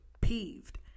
peeved